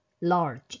Large